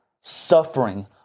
suffering